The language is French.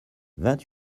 vingt